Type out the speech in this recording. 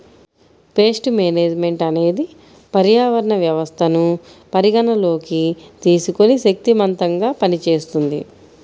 paste management అనేది పర్యావరణ వ్యవస్థను పరిగణలోకి తీసుకొని శక్తిమంతంగా పనిచేస్తుంది